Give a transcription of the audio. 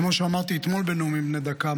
כמו שאמרתי אתמול בנאומים בני דקה,